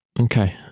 Okay